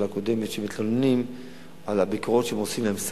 קודמת שמתלוננים על הביקורות שעושים להם.